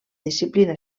disciplina